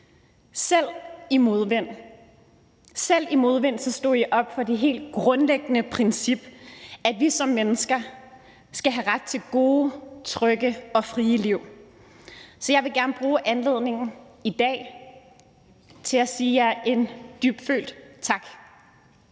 Selv i modvind stod I op for det helt grundlæggende princip, at vi som mennesker skal have ret til gode, trygge og frie liv. Så jeg vil gerne bruge anledningen i dag til at sige jer en dybfølt tak.